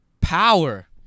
power